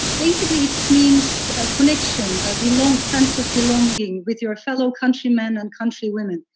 basically, it means a connection, a belonged sense of belonging with your fellow countrymen and countrywomen.